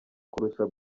kurusha